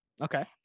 Okay